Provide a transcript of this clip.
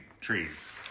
trees